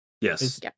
Yes